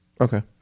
Okay